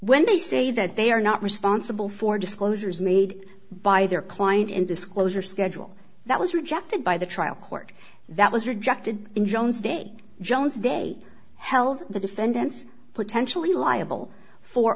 they say that they are not responsible for disclosures made by their client and disclosure schedule that was rejected by the trial court that was rejected in jones day jones day held the defendants potentially liable for